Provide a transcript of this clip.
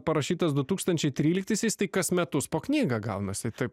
parašytas du tūkstančiai tryliktaisiais tai kas metus po knygą gaunasi taip